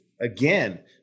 Again